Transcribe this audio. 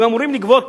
הם אמורים לגבות